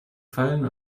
fallen